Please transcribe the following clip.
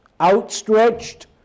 outstretched